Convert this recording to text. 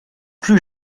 plus